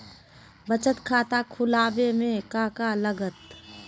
बचत खाता खुला बे में का का लागत?